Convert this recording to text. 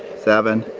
seven,